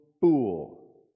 fool